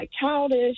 childish